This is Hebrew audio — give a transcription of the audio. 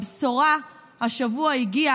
שכשהבשורה הגיעה השבוע,